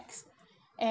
and